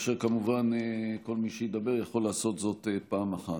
וכמובן כל מי שידבר יכול לעשות זאת פעם אחת.